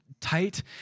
tight